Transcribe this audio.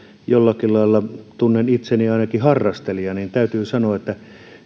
jollakin lailla tunnen itseni ainakin harrastelijaksi täytyy sanoa että